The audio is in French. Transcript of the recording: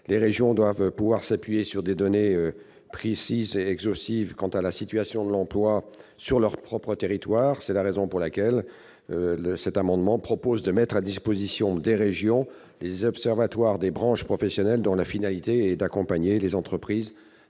les régions doivent pouvoir s'appuyer sur des données précises et exhaustives quant à la situation de l'emploi sur leur propre territoire. C'est la raison pour laquelle cet amendement prévoit de mettre à disposition des régions les observatoires des branches professionnelles dont la finalité est d'accompagner les entreprises